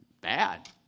bad